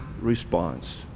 response